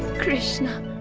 krishna!